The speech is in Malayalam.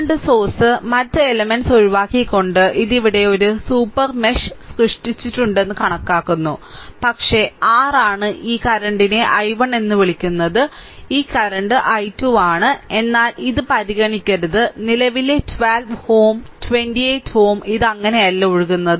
കറന്റ് സോഴ്സ് മറ്റ് എലെമെന്റ്സ് ഒഴിവാക്കിക്കൊണ്ട് ഇത് ഇവിടെ ഒരു സൂപ്പർ മെഷ് സൃഷ്ടിച്ചിട്ടുണ്ടെന്ന് കാണിക്കുന്നു പക്ഷേ r ആണ് ഈ കറന്റിനെ I1 എന്ന് വിളിക്കുന്നത് ഈ കറന്റ് I2 ആണ് എന്നാൽ ഇത് പരിഗണിക്കരുത് നിലവിലെ 12 Ω 28 Ω ഇത് അങ്ങനെയല്ല ഒഴുകുന്നത്